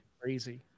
Crazy